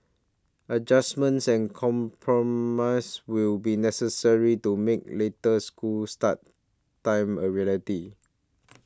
adjustments and compromise will be necessary to make later school start times a reality